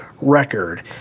record